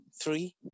three